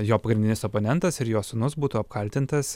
jo pagrindinis oponentas ir jo sūnus būtų apkaltintas